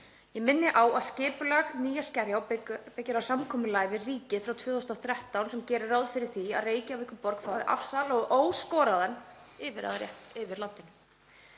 Ég minni á að skipulag Nýja Skerjó byggir á samkomulagi við ríkið frá 2013 sem gerir ráð fyrir því að Reykjavíkurborg fái afsal og óskoraðan yfirráðarétt